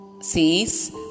sees